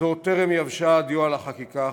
טרם יבשה הדיו על החקיקה החדשה,